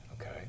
okay